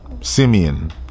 Simeon